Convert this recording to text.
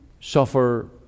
suffer